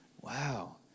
Wow